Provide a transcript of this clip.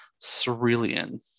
Cerulean